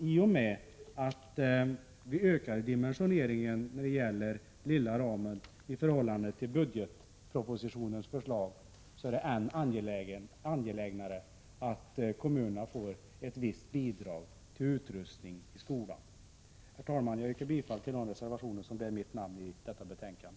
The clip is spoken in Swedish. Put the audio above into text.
I och med att vi ökar dimensioneringen när det gäller den lilla ramen i förhållande till budgetpropositionens förslag är det än angelägnare att kommunerna får ett visst bidrag till utrustning i skolan. Herr talman! Jag yrkar bifall till de reservationer som bär mitt namn i detta betänkande.